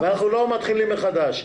אנחנו לא מתחילים מחדש.